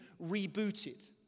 rebooted